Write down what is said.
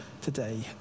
today